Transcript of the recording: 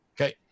Okay